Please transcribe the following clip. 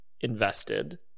invested